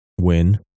win